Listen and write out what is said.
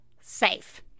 safe